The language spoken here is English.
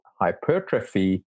hypertrophy